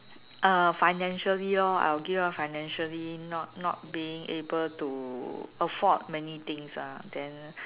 uh financially lor I will give up financially not not being able to afford many things ah then